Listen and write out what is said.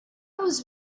was